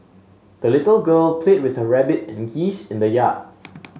the little girl played with her rabbit and geese in the yard